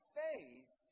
faith